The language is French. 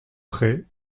prêts